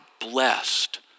blessed